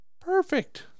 perfect